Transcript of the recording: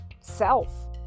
self